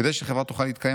כדי שחברה תוכל להתקיים,